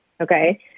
Okay